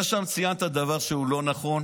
אתה ציינת שם דבר שהוא לא נכון,